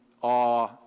awe